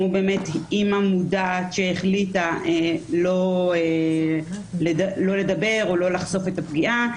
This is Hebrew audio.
כמו אמא מודעת שהחליטה לא לדבר או לא לחשוף את הפגיעה,